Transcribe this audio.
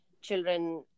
children